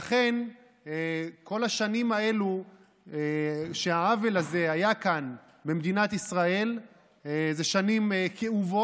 כל השנים שהעוול הזה היה כאן במדינת ישראל אלה שנים כאובות,